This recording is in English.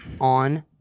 on